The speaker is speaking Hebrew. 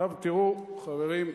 עכשיו, תראו, חברים,